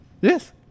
Yes